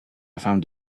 found